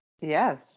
yes